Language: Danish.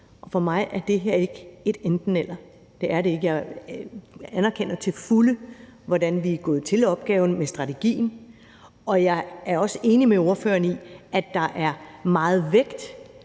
For mig er det her ikke et enten-eller. Det er det ikke. Jeg anerkender til fulde måden, vi er gået til opgaven på med strategien, og jeg er også enig med ordføreren i, at der er lagt meget vægt